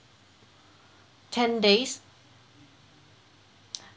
ten days